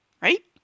right